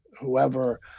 whoever